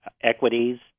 equities